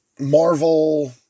Marvel